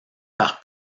par